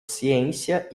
ciência